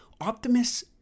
Optimus